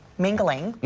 mingling.